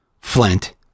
Flint